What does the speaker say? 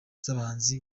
z’abahanzi